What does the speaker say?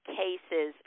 cases